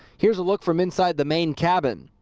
here's a look from inside the main cabin.